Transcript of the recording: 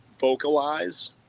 vocalize